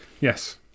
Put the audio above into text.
Yes